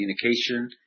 communication